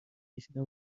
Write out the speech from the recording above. میکشیدم